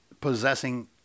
possessing